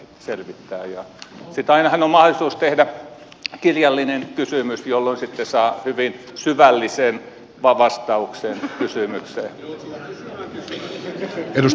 sitten ainahan on mahdollisuus tehdä kirjallinen kysymys jolloin saa hyvin syvällisen vastauksen kysymykseen